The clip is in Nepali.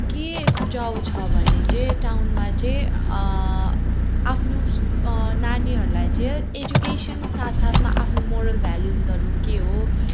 के सुझाउ छ भने चाहिँ टाउनमा चाहिँ आफ्नो नानीहरूलाई चाहिँ एजुकेसन साथ साथमा आफ्नो मोरल भ्यालुजहरू के हो